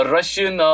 Russian